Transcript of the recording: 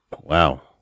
Wow